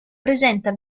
presenta